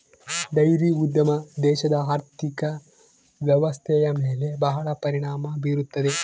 dairy ಉದ್ಯಮ ದೇಶದ ಆರ್ಥಿಕ ವ್ವ್ಯವಸ್ಥೆಯ ಮೇಲೆ ಬಹಳ ಪರಿಣಾಮ ಬೀರುತ್ತದೆ